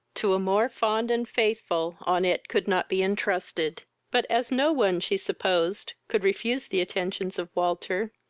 to a more fond and faithful on it could not be entrusted but, as no one, she supposed, could refuse the attentions of walter,